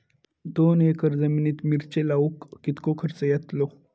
दोन एकर जमिनीत मिरचे लाऊक कितको खर्च यातलो?